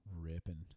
Ripping